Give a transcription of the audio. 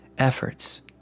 efforts